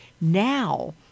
now